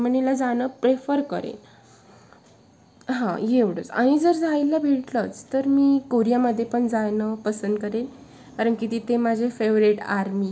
नाही ना हां ठीक आहे ठीक आहे चालेल चालेल हां हो हो कळलं आणखीन काही लागणार असेल तर कॉल कर मी इथेच आहे ओके